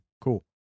Cool